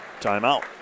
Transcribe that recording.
timeout